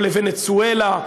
או לוונצואלה,